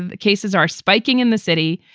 and cases are spiking in the city.